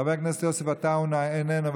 חבר הכנסת יוסף עטאונה איננו,